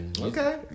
Okay